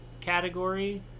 category